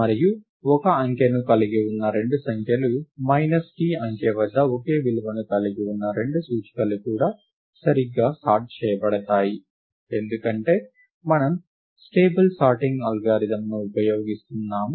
మరియు ఒకే అంకెను కలిగి ఉన్న రెండు సంఖ్యలు t అంకె వద్ద ఒకే విలువను కలిగి ఉన్న రెండు సూచికలు కూడా సరిగ్గా సార్ట్ చేయబడతాయి ఎందుకంటే మనము స్టేబుల్ సార్టింగ్ అల్గారిథమ్ని ఉపయోగిస్తున్నాము